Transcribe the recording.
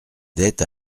dette